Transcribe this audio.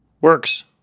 Works